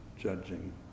judging